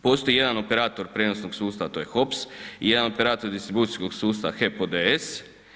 Postoji jedan operator prijenosnog sustava, a to je HOPS, i jedan operator distribucijskog sustava, HEP ODS.